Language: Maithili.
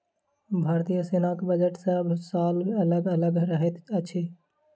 भारतीय सेनाक बजट सभ साल अलग अलग रहैत अछि